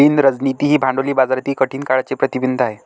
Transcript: लीन रणनीती ही भांडवली बाजारातील कठीण काळाचे प्रतिबिंब आहे